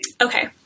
Okay